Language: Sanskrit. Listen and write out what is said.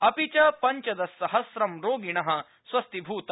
अपि च पंचदश सहस्रं रोगिण स्वस्थीभूता